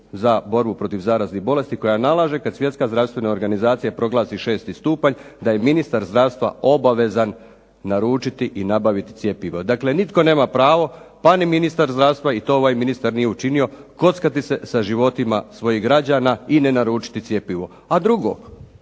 za borbu protiv zaraznih bolesti, koja nalaže kad Svjetska zdravstvena organizacija proglasi šesti stupanj, da je ministar zdravstva obavezan naručiti i nabaviti cjepivo. Dakle nitko nema pravo pa ni ministar zdravstva, i to ovaj ministar nije učinio kockati se sa životima svojih građana i ne naručiti cjepivo. A drugo,